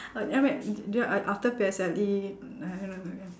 uh I mean this one I after P_S_L_E mm